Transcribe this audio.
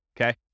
Okay